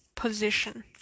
position